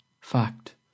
fact